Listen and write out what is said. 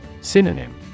Synonym